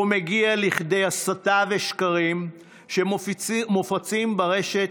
והוא מגיע לכדי הסתה ושקרים שמופצים ברשת,